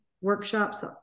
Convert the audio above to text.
workshops